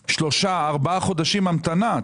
שלושה, ארבעה חודשים המתנה.